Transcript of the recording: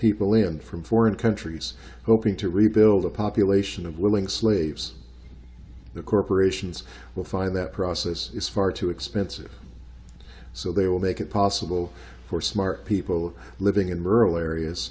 people in from foreign countries hoping to rebuild a population of willing slaves the corporations will find that process is far too expensive so they will make it possible for smart people living in rural areas